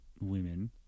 women